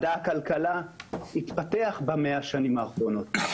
מדע הכלכלה התפתח במאה השנים האחרונות.